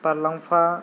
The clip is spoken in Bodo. बारलाम्फा